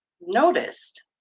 noticed